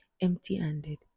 empty-handed